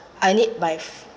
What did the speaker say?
I need my